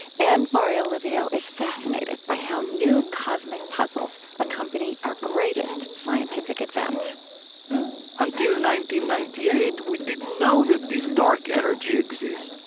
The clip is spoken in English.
and mario livio is fascinated by how new cosmic puzzles accompany our greatest scientific advance until ninety ninety eight we didn't know that this dark energy exists.